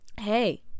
hey